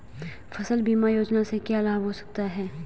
फसल बीमा योजना से क्या लाभ होता है?